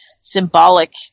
symbolic